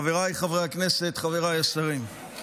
חבריי חברי הכנסת, חבריי השרים,